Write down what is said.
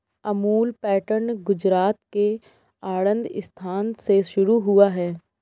Amul pattern Gujarat के आणंद स्थान से शुरू हुआ है